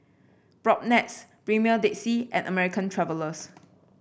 Propnex Premier Dead Sea and American Travellers